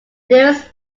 nearest